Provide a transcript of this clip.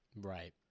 Right